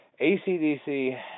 ACDC